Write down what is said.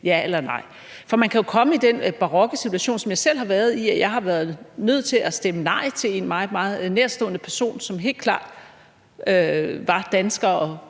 ja eller nej. Man kan jo komme i den barokke situation, som jeg selv har været i, at jeg har været nødt til at stemme nej til et lovforslag og dermed til en meget, meget nærtstående person, som helt klart var dansker og